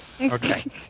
Okay